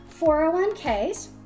401Ks